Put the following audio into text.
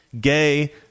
gay